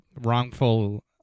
wrongful